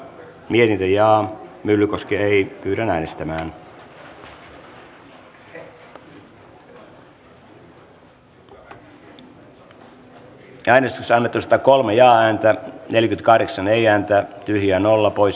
jari myllykoski on harry wallinin kannattamana ehdottanut että pykälä hyväksytään edustajille jaetun muutosehdotuksen mukaisena